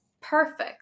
perfect